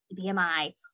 BMI